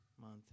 month